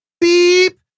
beep